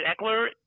Eckler